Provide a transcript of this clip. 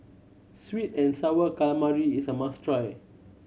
sweet and Sour Calamari is a must try